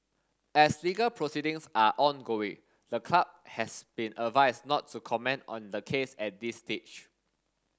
as legal proceedings are ongoing the club has been advised not to comment on the case at this stage